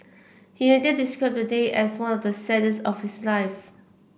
he later described day as one of the saddest of his life